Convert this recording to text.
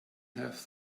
have